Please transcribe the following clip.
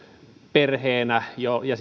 perheenä ja